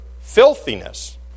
filthiness